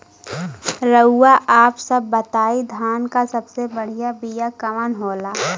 रउआ आप सब बताई धान क सबसे बढ़ियां बिया कवन होला?